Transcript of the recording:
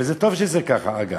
וזה טוב שזה כך, אגב.